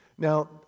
Now